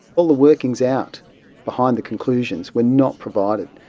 all the workings-out behind the conclusions were not provided,